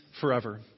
forever